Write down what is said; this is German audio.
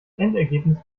endergebnis